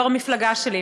יושב-ראש המפלגה שלי,